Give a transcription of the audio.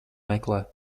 meklē